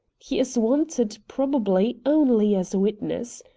he is wanted, probably, only as a witness.